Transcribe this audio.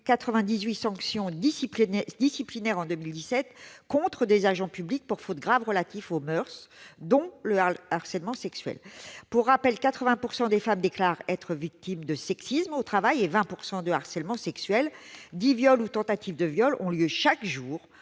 98 sanctions disciplinaires prononcées contre des agents publics, en 2017, pour fautes graves relatives aux moeurs. Parmi celles-ci figure le harcèlement sexuel. Pour rappel, 80 % des femmes déclarent être victimes de sexisme au travail et 20 % de harcèlement sexuel. Dix viols ou tentatives de viol ont lieu chaque jour